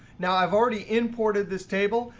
now i've already imported this table.